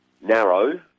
narrow